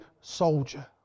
soldier